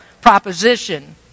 proposition